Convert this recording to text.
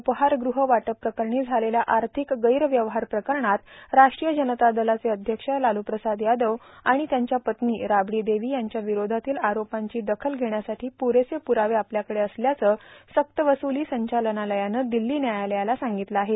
उपहारगृह वाटप प्रकरणी झालेल्या आर्थिक गैरव्यवहार प्रकरणात राष्ट्रीय जनता दलाचे अध्यक्ष लालू प्रसाद यादव आणि त्यांच्या पत्नी राबडी देवी यांच्याविरोधात आरोपांची दखल घेण्यासाठी पुरेसे पुरावे आपल्याकडं असल्याचं सक्तवसुली संचालनालयानं दिल्ली न्यायालयाला सांगितलं आहे